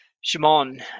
Shimon